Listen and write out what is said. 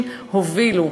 נשים הובילו.